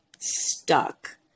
stuck